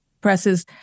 presses